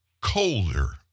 colder